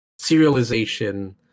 serialization